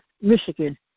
Michigan